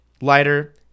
Lighter